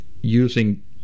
using